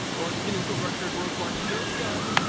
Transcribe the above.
or the guinness world record world's largest nerf gun.